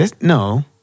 No